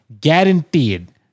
guaranteed